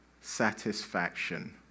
satisfaction